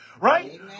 right